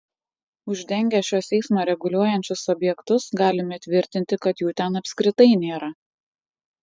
uždengę šiuos eismą reguliuojančius objektus galime tvirtinti kad jų ten apskritai nėra